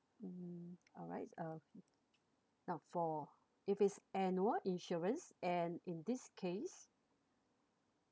mm alright uh now for if it's annual insurance and in this case